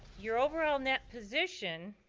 your overall net position,